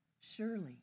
Surely